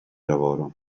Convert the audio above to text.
lavoro